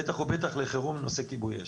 בטח ובטח לחירום ונושא כיבוי אש.